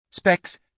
Specs